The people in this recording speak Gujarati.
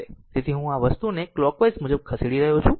તેથી હું આ વસ્તુને કલોકવાઈઝ મુજબ ખસેડી રહ્યો છું